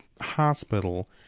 hospital